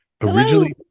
Originally